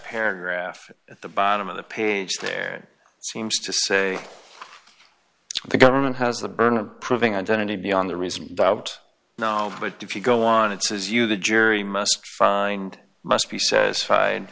paragraph at the bottom of the page there seems to say the government has the burden of proving identity beyond the reason about no but if you go on it says you the jury must find must be says fied